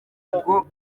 ubwo